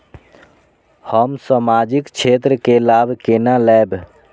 हम सामाजिक क्षेत्र के लाभ केना लैब?